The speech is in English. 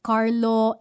Carlo